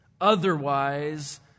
Otherwise